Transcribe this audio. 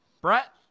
Brett